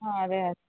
ആ അതെ അ